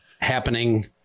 happening